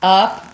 up